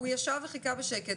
הוא ישב וחיכה בשקט,